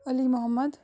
Ali Muhammad